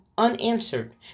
unanswered